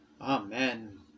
Amen